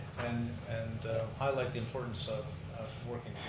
and and highlight the importance of working